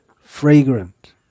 fragrant